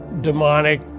demonic